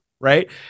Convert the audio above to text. Right